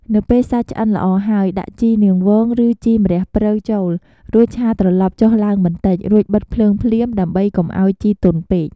នៅពេលសាច់ឆ្អិនល្អហើយ ដាក់ជីនាងវងឬជីម្រះព្រៅចូល រួចឆាត្រឡប់ចុះឡើងបន្តិច រួចបិទភ្លើងភ្លាម ដើម្បីកុំឱ្យជីទន់ពេក។